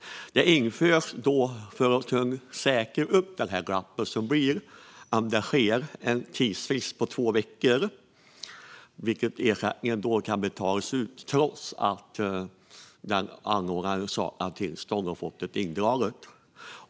För att säkra det glapp som kan uppstå införs en tidsfrist på två veckor då ersättningen kan betalas ut trots att anordnaren saknar tillstånd eller har fått det indraget.